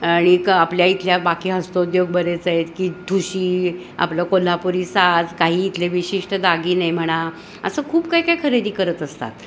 आणि आपल्या इथल्या बाकी हस्तोद्योग बरेच आहेत की ठुशी आपलं कोल्हापुरी साज काही इथले विशिष्ट दागिने म्हणा असं खूप काय काय खरेदी करत असतात